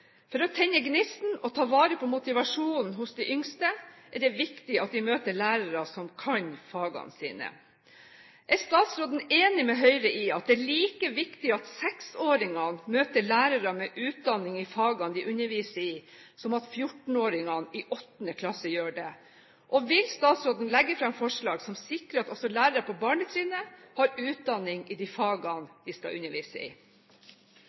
For å tenne gnisten og ta vare på motivasjonen hos de yngste er det viktig at de møter lærere som kan fagene sine. Er statsråden enig med Høyre i at det er like viktig at 6-åringene møter lærere med utdanning i fagene de underviser i, som at 14-åringene i 8. klasse gjør det? Vil statsråden legge fram forslag som sikrer at også lærere på barnetrinnet har utdanning i de fagene de skal undervise i?